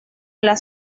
las